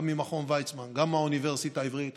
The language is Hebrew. גם ממכון ויצמן, גם מהאוניברסיטה העברית.